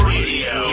Radio